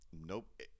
nope